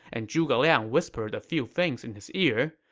and zhuge liang whispered a few things in his ear,